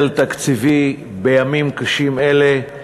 בימים קשים אלה,